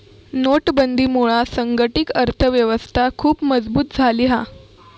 नोटबंदीमुळा संघटीत अर्थ व्यवस्था खुप मजबुत झाली हा